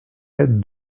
aide